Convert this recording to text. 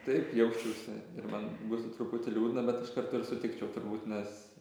taip jausčiausi man būtų truputį liūdna bet iš karto ir sutikčiau turbūt nes